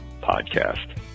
Podcast